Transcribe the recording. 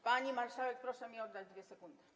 Pani marszałek, proszę mi oddać 2 sekundy.